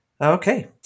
Okay